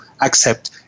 accept